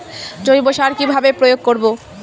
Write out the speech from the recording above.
জৈব সার কি ভাবে প্রয়োগ করব?